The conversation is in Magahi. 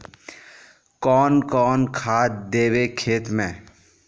कौन कौन खाद देवे खेत में?